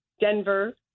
Denver